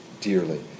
dearly